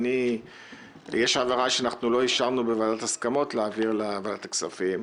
יש העברה של אישרנו בוועדת ההסכמות לעביר לוועדת הכספים: